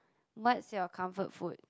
what's your comfort food